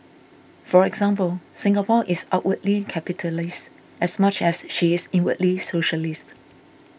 for example Singapore is outwardly capitalist as much as she is inwardly socialist